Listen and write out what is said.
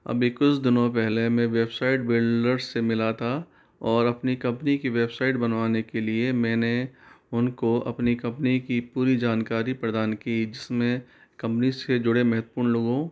अभी कुछ दिनों पहले मैं वेबसाइट बिल्डर्स से मिला था और अपनी कम्पनी की वेबसाइट बनवाने के लिए मैंने उनको अपनी कम्पनी की पूरी जानकारी प्रदान की जिसमें कम्पनी से जुड़े महत्वपूर्ण लोगों